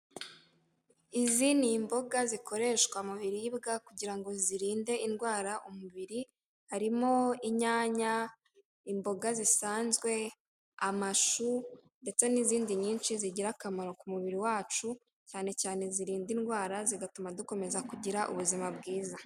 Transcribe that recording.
Izi ni imboga zikoreshwa mu biribwa kugira ngo zirinde indwara umubiri, harimo inyana, imboga zisanzwe, amashu ndetse n'izindi nyinshi zigira akamaro kumubiri wacu cyane cyane zirinda indwara zigatuma dukomeza kugira ubuzima bwiza.